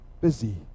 busy